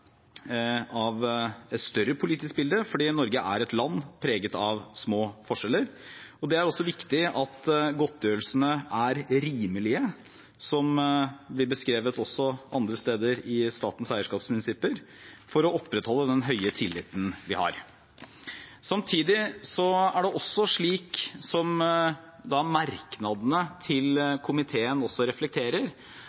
et større politisk bilde, for Norge er et land preget av små forskjeller. Det er også viktig at godtgjørelsene er rimelige, noe som blir beskrevet også andre steder i statens eierskapsprinsipper, for å opprettholde den høye tilliten vi har. Samtidig er det slik, som merknadene til